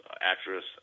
actress